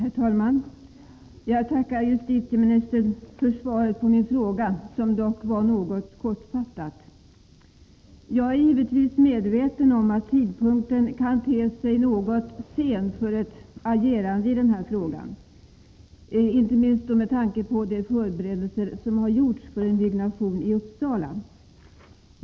Herr talman! Jag tackar justitieministern för svaret på min fråga, som dock var något kortfattat. Jag är givetvis medveten om att tidpunkten kan te sig något sen för ett agerande i den här frågan, inte minst med tanke på de förberedelser som gjorts för en byggnation i Uppsala.